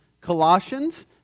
Colossians